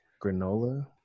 granola